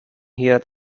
here